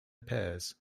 pairs